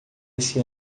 esse